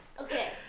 Okay